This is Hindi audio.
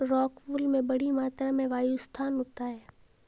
रॉकवूल में बड़ी मात्रा में वायु स्थान होता है